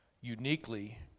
Uniquely